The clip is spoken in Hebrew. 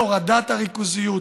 בהורדת הריכוזיות,